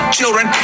children